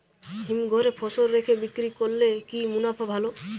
হিমঘরে ফসল রেখে বিক্রি করলে কি মুনাফা ভালো?